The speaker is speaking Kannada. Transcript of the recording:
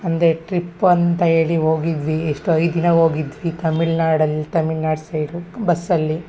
ಅಂದ್ರೆ ಟ್ರಿಪ್ ಅಂತ ಹೇಳಿ ಹೋಗಿದ್ವಿ ಎಷ್ಟು ಐದು ದಿನ ಹೋಗಿದ್ವಿ ತಮಿಳ್ನಾಡಲ್ಲಿ ತಮಿಳ್ನಾಡು ಸೈಡು ಬಸ್ಸಲ್ಲಿ